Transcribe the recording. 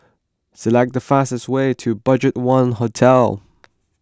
select the fastest way to Budget one Hotel